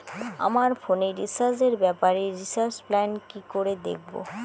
আমার ফোনে রিচার্জ এর ব্যাপারে রিচার্জ প্ল্যান কি করে দেখবো?